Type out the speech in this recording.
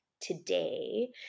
today